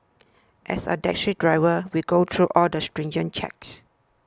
as a taxi driver we go through all the stringent checks